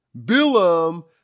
Bilam